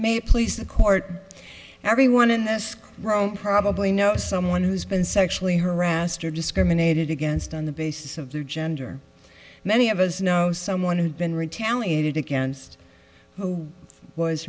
it please the court everyone in this row probably know someone who's been sexually harassed or discriminated against on the basis of their gender many of us know someone who'd been retaliated against who was